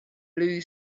blue